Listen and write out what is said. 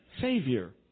Savior